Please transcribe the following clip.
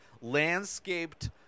landscaped